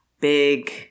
big